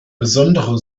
besondere